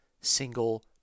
single